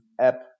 app